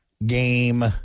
Game